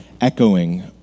echoing